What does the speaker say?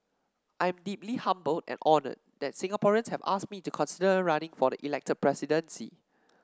I'm deeply humbled and honoured that Singaporeans have asked me to consider running for the elected presidency